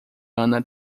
ana